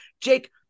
Jake